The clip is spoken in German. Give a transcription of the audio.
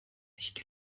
nicht